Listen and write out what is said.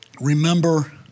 remember